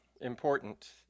important